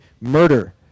murder